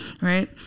Right